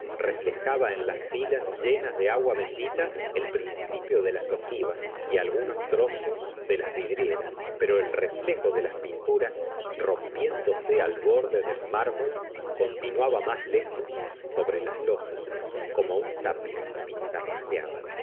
reflejaba en las pilas llenas dc agua bendita el principio de las ojivas y algunos trozos de las vidrieras pero el reflejo de las pinturas rompiéndose al borde del mármol continuaba más lejos sobre las losas como un tapiz pintarrajeado